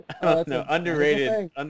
Underrated